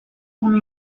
una